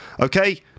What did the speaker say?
Okay